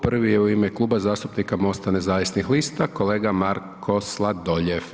Prvi je u ime Kluba zastupnika MOST-a nezavisnih lista, kolega Marko Sladoljev.